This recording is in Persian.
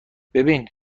ببین